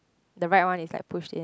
the right one is like pushed in